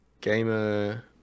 gamer